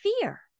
Fear